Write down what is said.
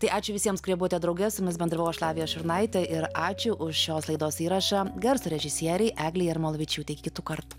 tai ačiū visiems kurie buvote drauge su jumis bendravau aš lavija šurnaitė ir ačiū už šios laidos įrašą garso režisierei eglei jarmolavičiūtei iki kitų kartų